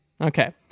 Okay